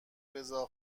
رضا